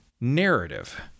narrative